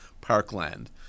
parkland